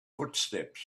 footsteps